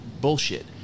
bullshit